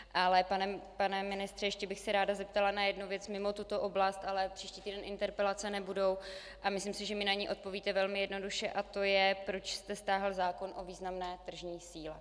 Ale pane ministře, ještě bych se ráda zeptala na jednu věc mimo tuto oblast, ale příští týden interpelace nebudou a myslím si, že mi na ni odpovíte velmi jednoduše, a to je, proč jste stáhl zákon o významné tržní síle.